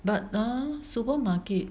but ah supermarket